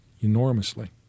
enormously